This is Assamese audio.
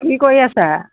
কি কৰি আছা